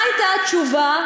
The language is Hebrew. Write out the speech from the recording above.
מה הייתה התשובה?